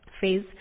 phase